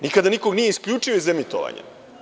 Nikada nikoga nije isključio iz emitovanja.